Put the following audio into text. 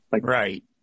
Right